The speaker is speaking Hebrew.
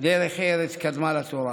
"דרך ארץ קדמה לתורה".